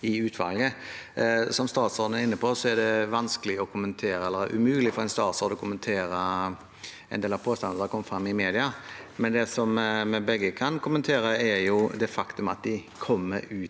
Som statsråden er inne på, er det umulig for en statsråd å kommentere en del av påstandene som har kommet frem i media, men det vi begge kan kommentere, er det faktum at de kommer ut